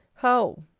how,